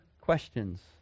questions